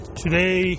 today